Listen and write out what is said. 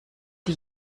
die